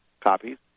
copies